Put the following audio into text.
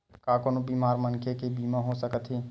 का कोनो बीमार मनखे के बीमा हो सकत हे?